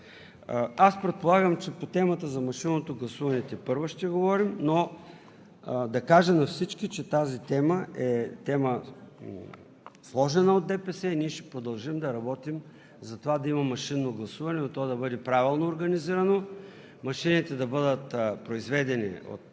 Аз предполагам, че по темата за машинното гласуване тепърва ще говорим, но да кажа на всички, че тази тема е сложена от ДПС и ние ще продължим да работим за това да има машинно гласуване, но то да бъде правилно организирано, машините да бъдат произведени от